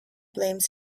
blames